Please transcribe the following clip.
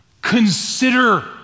Consider